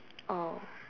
oh